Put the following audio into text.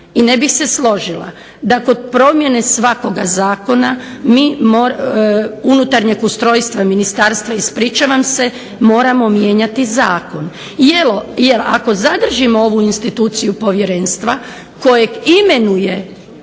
i ne bih se složila da kod promjene svakoga zakona, unutarnjeg ustrojstva ministarstva ispričavam se, moramo mijenjati Zakon. Jer ako zadržimo ovu instituciju povjerenstva kojeg imenuje